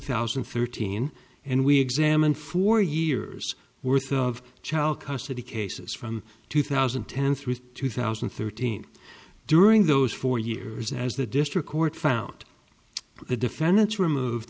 thousand and thirteen and we examined four years worth of child custody cases from two thousand and ten through two thousand and thirteen during those four years as the district court found the defendants removed